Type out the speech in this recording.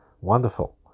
wonderful